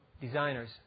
designers